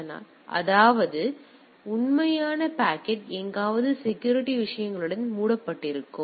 அதனால் அதாவது உண்மையான பாக்கெட் எங்காவது செக்யூரிட்டி விஷயங்களுடன் மூடப்பட்டிருக்கும்